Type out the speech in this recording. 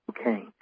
Okay